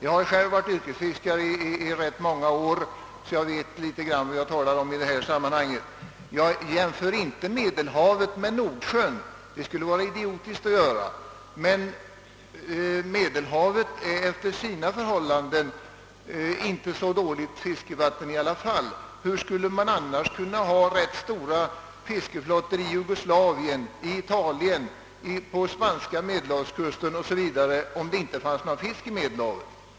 Jag har själv varit yrkesfiskare i många år, så att jag vet vad jag talar om. Jag jämför inte Medelhavet med Nordsjön — det skulle vara dumt men Medelhavet är efter sina förhållanden inte ett så dåligt fiskevatten. Skulle man ha rätt stora fiskeflottor i Jugoslavien, i Italien och på spanska medelhavskusten o. s. v., om det inte fanns någon fisk i Medelhavet?